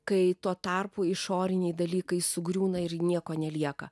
kai tuo tarpu išoriniai dalykai sugriūna ir nieko nelieka